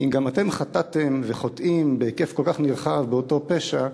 אם גם אתם חטאתכם וחוטאים בהיקף כל כך נרחב באותו פשע,